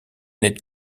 n’êtes